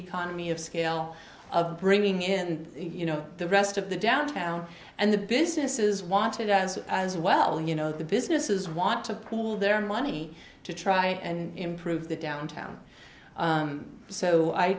economy of scale of bringing in you know the rest of the downtown and the businesses want it as as well you know the businesses want to pool their money to try and improve the downtown so i